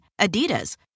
Adidas